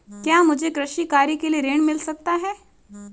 क्या मुझे कृषि कार्य के लिए ऋण मिल सकता है?